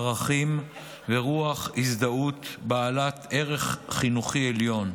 ערכים ורוח הזדהות בעלת ערך חינוכי עליון,